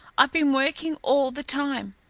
i've been working all the time.